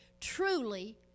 truly